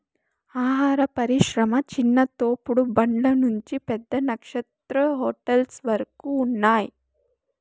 ఆహార పరిశ్రమ చిన్న తోపుడు బండ్ల నుంచి పెద్ద నక్షత్ర హోటల్స్ వరకు ఉన్నాయ్